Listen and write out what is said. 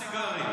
לא סיגרים.